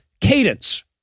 cadence